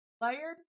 Layered